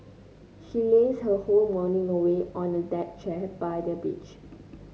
she lazed her whole morning away on a deck chair by the beach